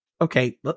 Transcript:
okay